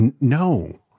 No